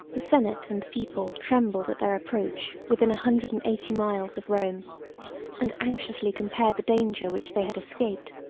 the senate and people trembled at their approached within a hundred and eighty miles of rome and anxiously compared the danger which they had escaped,